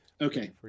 Okay